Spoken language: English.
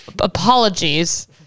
apologies